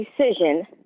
decision